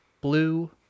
blue